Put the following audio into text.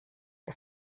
der